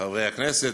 חברי הכנסת,